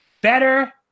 Better